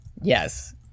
Yes